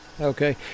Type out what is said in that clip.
Okay